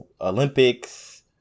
Olympics